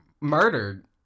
murdered